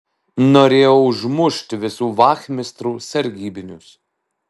norėjo užmušt visų vachmistrų sargybinius